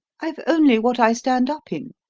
i've only what i stand up in.